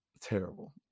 terrible